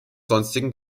sonstigen